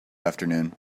afternoon